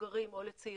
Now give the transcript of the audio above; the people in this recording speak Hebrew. מבוגרים או צעירים,